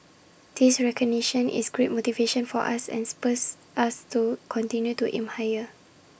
this recognition is great motivation for us and spurs us to continue to aim higher